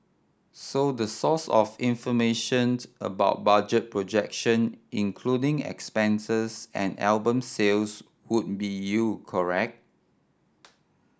so the source of information about budget projection including expenses and album sales would be you correct